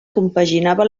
compaginava